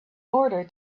order